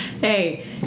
Hey